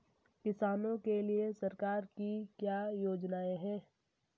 किसानों के लिए सरकार की क्या योजनाएं हैं?